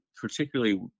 particularly